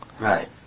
Right